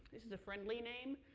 this is a friendly name,